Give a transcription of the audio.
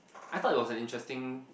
I thought it was an interesting